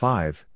Five